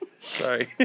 Sorry